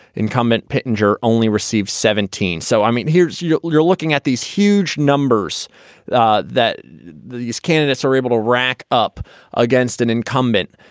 incumbent pittenger only received seventeen. so, i mean, here you're you're looking at these huge numbers that these candidates are able to rack up against an incumbent.